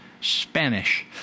Spanish